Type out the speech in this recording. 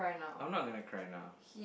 I'm not going to cry now